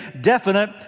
definite